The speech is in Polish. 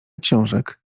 książek